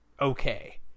okay